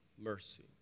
mercy